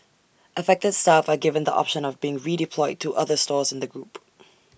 affected staff are given the option of being redeployed to other stores in the group